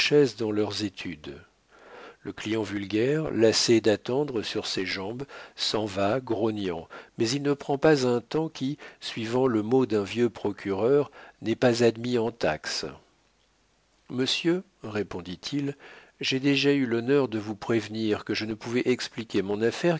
dans leurs études le client vulgaire lassé d'attendre sur ses jambes s'en va grognant mais il ne prend pas un temps qui suivant le mot d'un vieux procureur n'est pas admis en taxe monsieur répondit-il j'ai déjà eu l'honneur de vous prévenir que je ne pouvais expliquer mon affaire